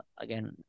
Again